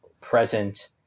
present